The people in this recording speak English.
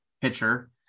pitcher